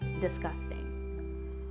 disgusting